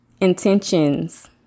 Intentions